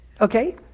Okay